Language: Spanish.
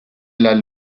las